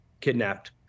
kidnapped